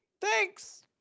thanks